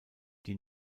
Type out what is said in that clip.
die